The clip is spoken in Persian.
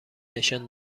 نشان